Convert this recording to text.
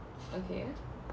okay